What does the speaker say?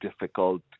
difficult